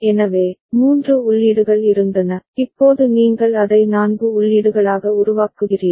எனவே மூன்று உள்ளீடுகள் இருந்தன இப்போது நீங்கள் அதை நான்கு உள்ளீடுகளாக உருவாக்குகிறீர்கள்